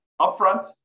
upfront